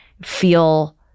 Feel